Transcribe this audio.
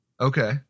Okay